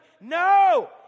no